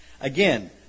Again